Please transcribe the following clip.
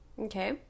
Okay